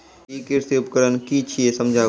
ई कृषि उपकरण कि छियै समझाऊ?